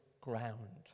ground